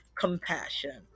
compassion